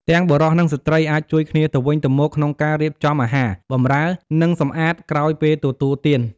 ទាំងបុរស និងស្ត្រីអាចជួយគ្នាទៅវិញទៅមកក្នុងការរៀបចំអាហារ បម្រើ និងសម្អាតក្រោយពេលទទួលទាន។